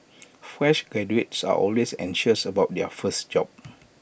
fresh graduates are always anxious about their first job